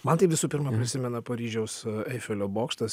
man tai visų pirma prisimena paryžiaus eifelio bokštas